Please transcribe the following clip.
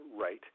right